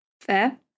Fair